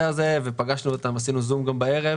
הזה ופגשנו אותם ועשינו גם זום בערב.